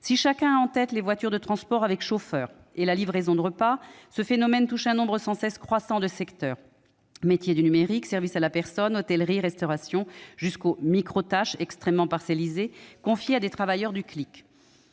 Si chacun a en tête les voitures de transport avec chauffeur et la livraison de repas, ce phénomène touche un nombre sans cesse croissant de secteurs : métiers du numérique, services à la personne, hôtellerie-restauration et jusqu'aux micro-tâches extrêmement parcellisées confiées à des « travailleurs du clic